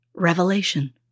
revelation